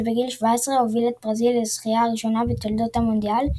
שבגיל 17 הוביל את ברזיל לזכייה הראשונה בתולדותיה במונדיאל,